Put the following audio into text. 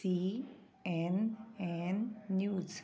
C N N news